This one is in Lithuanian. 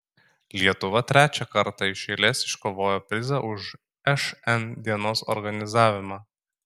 lietuva trečią kartą iš eilės iškovojo prizą už šn dienos organizavimą